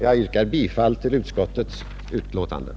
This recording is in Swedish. Jag yrkar bifall till utskottets hemställan.